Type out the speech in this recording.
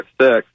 six